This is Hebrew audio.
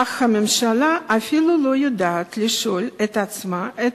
אך הממשלה אפילו לא יודעת לשאול את עצמה את